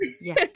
Yes